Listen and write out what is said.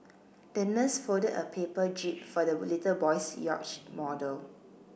the nurse folded a paper jib for the little boy's yacht model